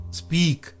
speak